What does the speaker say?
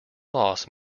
loss